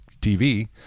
TV